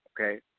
okay